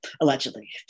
allegedly